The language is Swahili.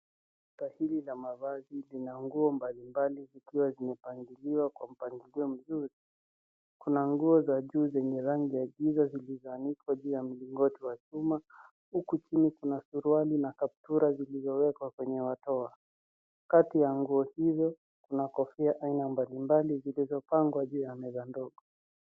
Taswira za mavazi zina nguo mbalimbali zikiwa zimepangiliwa kwa mpangilio mzuri. Kuna nguo za juu zenye rangi zilizoangikwa juu ya mlingoti wa chuma huku chini kuna suruali za kaptula zilizowekwa kwenye makoa. Kati ya nguo hizo kuna kofia aina mbalimbali zilizopangwa juu ya meza ndogo.